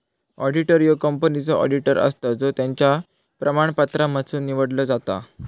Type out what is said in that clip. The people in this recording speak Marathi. ऑडिटर ह्यो कंपनीचो ऑडिटर असता जो त्याच्या प्रमाणपत्रांमधसुन निवडलो जाता